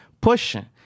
pushing